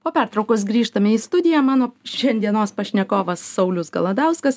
po pertraukos grįžtame į studiją mano šiandienos pašnekovas saulius galadauskas